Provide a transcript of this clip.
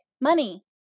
Money